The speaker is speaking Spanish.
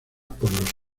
por